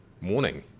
morning